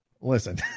Listen